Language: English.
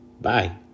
Bye